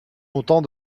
montant